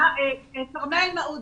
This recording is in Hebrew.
כאשר כרמל מעודה